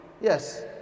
yes